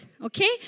Okay